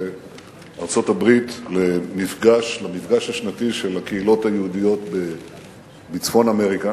לארצות-הברית למפגש השנתי של הקהילות היהודיות בצפון אמריקה.